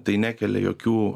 tai nekelia jokių